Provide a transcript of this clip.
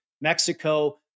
Mexico